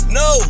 no